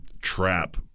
trap